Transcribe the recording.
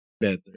better